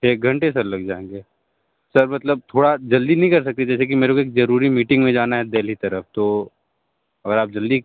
छह घंटे सर लग जाएंगे सर मतलब थोड़ा जल्दी नहीं कर सकते जैसे कि मेरे को एक ज़रूरी मीटिंग में जाना है दिल्ली तरफ तो अगर आप जल्दी